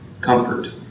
comfort